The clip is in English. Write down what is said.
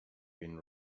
been